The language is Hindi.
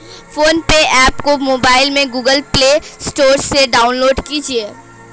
फोन पे ऐप को मोबाइल में गूगल प्ले स्टोर से डाउनलोड कीजिए